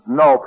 no